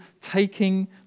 taking